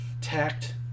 tact